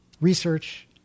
research